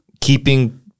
keeping